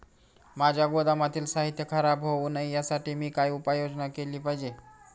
माझ्या गोदामातील साहित्य खराब होऊ नये यासाठी मी काय उपाय योजना केली पाहिजे?